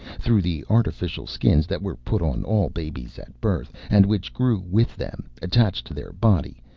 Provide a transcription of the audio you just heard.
through the artificial skins that were put on all babies at birth and which grew with them, attached to their body,